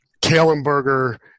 Kalenberger